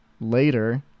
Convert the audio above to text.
later